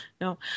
No